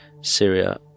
Syria